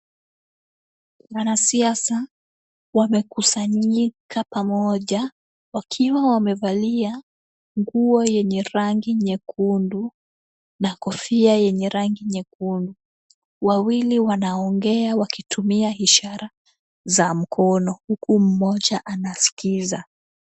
Wanasiasa wamekusanyika pamoja wakiwa wamevalia nguo yenye rangi nyekundu, na kofia yenye rangi nyekundu. Wawili wanaongea wakitumia ishara za mkono huku mmoja anaskiza.